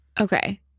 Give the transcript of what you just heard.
Okay